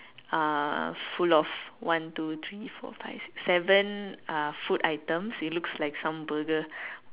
uh full of one two three four five six seven uh food items it looks like some burger